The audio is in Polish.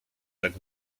tak